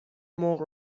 مرغ